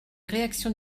réactions